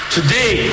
Today